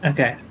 Okay